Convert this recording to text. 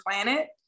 Planet